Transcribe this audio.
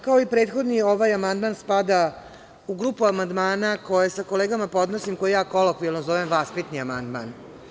Kao i prethodni, ovaj amandman spada u grupu amandmana koje sa kolegama podnosim, a koje je kolokvijalno zovem vaspitni amandmana.